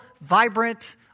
vibrant